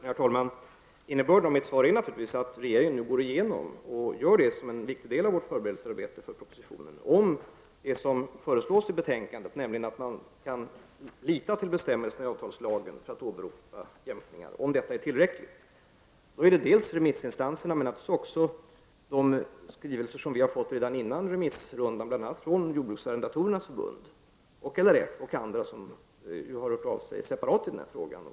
Herr talman! Innebörden i mitt svar är naturligtvis att regeringen, som en viktig del av förberedelsearbetet inför propositionsarbetet, nu går igenom om det som föreslås i betänkandet, nämligen att man kan lita till bestämmelserna i avtalslagen för att åberopa jämkningar, är tillräckligt. I detta sammanhang är remissinstanserna, men även de skrivelser som regeringen har fått redan före remissrundan bl.a. från Jordbruksarrendatorernas förbund, LRF och andra som har hört av sig, av betydelse.